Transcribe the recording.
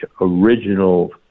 original